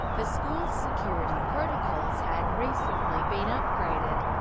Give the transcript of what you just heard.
the school's security protocols had recently been upgraded,